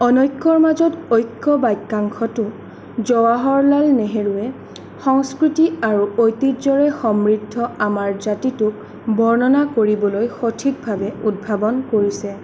অনৈক্যৰ মাজত ঐক্য বাক্যাংশটো জৱাহৰলাল নেহৰুৱে সংস্কৃতি আৰু ঐতিহ্য়ৰে সমৃদ্ধ আমাৰ জাতিটোক বৰ্ণনা কৰিবলৈ সঠিকভাৱে উদ্ভাৱন কৰিছে